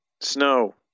Snow